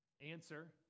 Answer